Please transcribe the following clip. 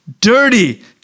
dirty